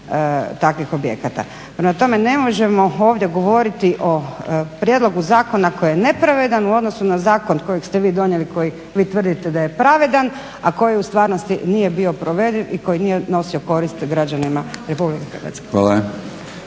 takvih objekta. Prema tome ne možemo ovdje govoriti o prijedlogu zakona koji je nepravedan u odnosu na zakon kojeg ste vi donijeli koji vi tvrdite da je pravedan a koji u stavrnosti nije bio provediv i koji nije nosio korist građanima RH.